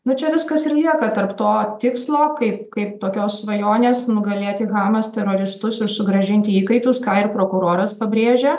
nu čia viskas ir lieka tarp to tikslo kaip kaip tokios svajonės nugalėti hamas teroristus ir sugrąžinti įkaitus ką ir prokuroras pabrėžia